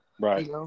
right